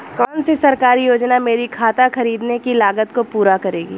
कौन सी सरकारी योजना मेरी खाद खरीदने की लागत को पूरा करेगी?